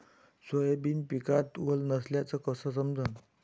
Soybean पिकात वल नसल्याचं कस समजन?